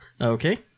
Okay